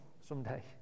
someday